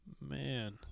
Man